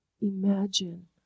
Imagine